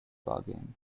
bargain